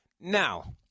Now